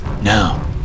Now